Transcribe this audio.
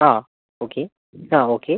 ആ ഓക്കെ ആ ഓക്കെ